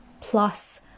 plus